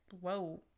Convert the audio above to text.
Whoa